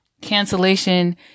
cancellation